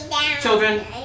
Children